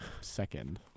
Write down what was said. second